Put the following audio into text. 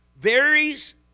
varies